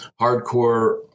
hardcore